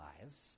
lives